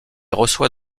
reçoit